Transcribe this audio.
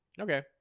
okay